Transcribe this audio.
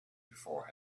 before